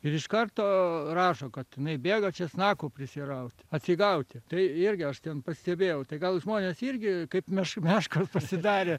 ir iš karto rašo kad jinai bėga česnakų prisirauti atsigauti tai irgi aš ten pastebėjau tai gal žmonės irgi kaip meška meškos pasidarė